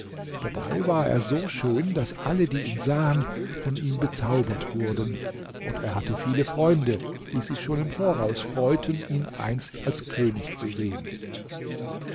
dabei war er so schön daß alle die ihn sahen von ihm bezaubert wurden und er hatte viele freunde die sich schon im voraus freuten ihn einst als könig zu sehen